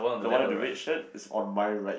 the one with the red shirt is on my right